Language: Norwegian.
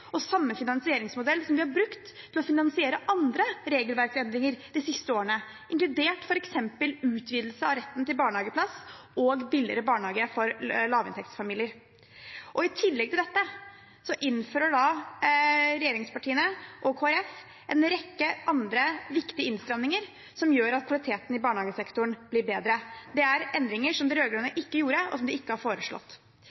og samme finansieringsmodell som vi har brukt til å finansiere andre regelverksendringer de siste årene, inkludert f.eks. utvidelse av retten til barnehageplass og billigere barnehage for lavinntektsfamilier. I tillegg til dette innfører regjeringspartiene og Kristelig Folkeparti en rekke andre viktige innstramminger som gjør at kvaliteten i barnehagesektoren blir bedre. Det er endringer som de